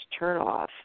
turnoff